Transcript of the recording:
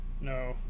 No